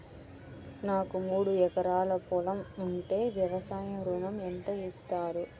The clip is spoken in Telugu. నాకు మూడు ఎకరాలు పొలం ఉంటే వ్యవసాయ ఋణం ఎంత ఇస్తారు?